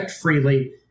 freely